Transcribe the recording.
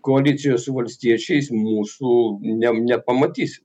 koalicijoj su valstiečiais mūsų ne nepamatysi